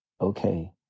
okay